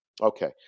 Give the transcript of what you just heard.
Okay